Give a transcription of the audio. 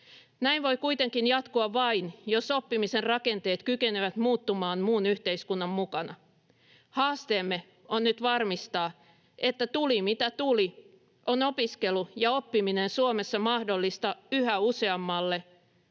Näin voi kuitenkin jatkua vain, jos oppimisen rakenteet kykenevät muuttumaan muun yhteiskunnan mukana. Haasteemme on nyt varmistaa, että tuli mitä tuli, on opiskelu ja oppiminen Suomessa mahdollista yhä useammalle,